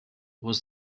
was